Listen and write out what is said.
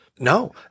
No